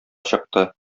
чыкты